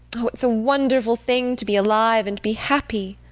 oh, it's a wonderful thing to be alive and be happy.